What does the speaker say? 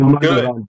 good